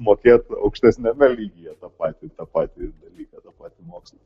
mokėt aukštesniame lygyje tą patį tą patį dalyką tą patį mokslą